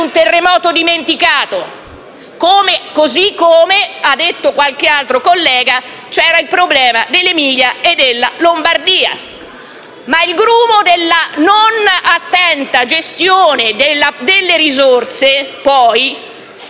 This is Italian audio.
terremoto dimenticato. Allo stesso modo, come ha detto qualche altro collega, c'era il problema dell'Emilia e della Lombardia. Il grumo della non attenta gestione delle risorse si